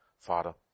Father